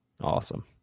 awesome